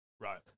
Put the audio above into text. Right